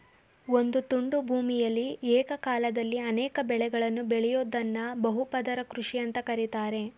ಒಂದು ತುಂಡು ಭೂಮಿಯಲಿ ಏಕಕಾಲದಲ್ಲಿ ಅನೇಕ ಬೆಳೆಗಳನ್ನು ಬೆಳಿಯೋದ್ದನ್ನ ಬಹು ಪದರ ಕೃಷಿ ಅಂತ ಕರೀತಾರೆ